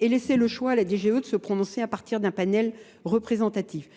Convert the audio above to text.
et laisser le choix à la DGE de se prononcer à partir d'un panel représentatif.